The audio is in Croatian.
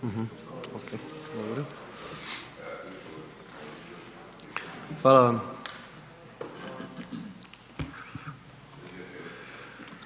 Hvala